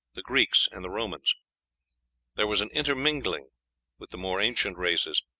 the greeks, and the romans there was an intermingling with the more ancient races,